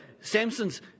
Samson's